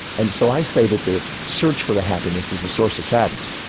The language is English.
and so i say that the search for the happiness is a source of sadness,